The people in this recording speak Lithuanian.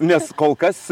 nes kol kas